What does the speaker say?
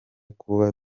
kuba